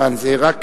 הערעור,